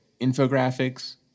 Infographics